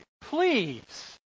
please